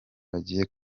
bagiye